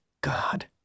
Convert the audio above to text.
God